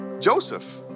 Joseph